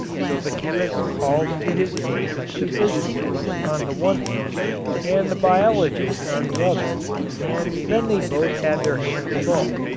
so the chemist called to his aid the physicist on the one hand and the biologist on the other and then they both had their hands full.